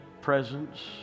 presence